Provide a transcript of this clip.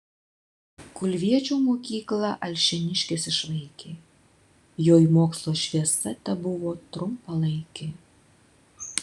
kulviečio mokyklą alšėniškis išvaikė joj mokslo šviesa tebuvo trumpalaikė